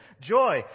Joy